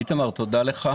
איתמר, תודה לך.